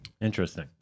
Interesting